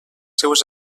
seues